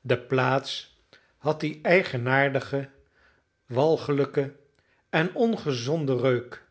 de plaats had dien eigenaardigen walgelijken en ongezonden reuk